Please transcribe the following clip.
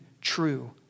true